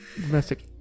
domestic